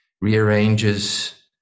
rearranges